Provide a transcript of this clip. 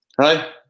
Hi